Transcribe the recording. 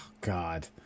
God